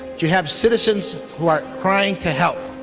you have citizens who are crying to help,